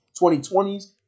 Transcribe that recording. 2020s